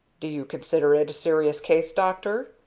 do you consider it a serious case, doctor?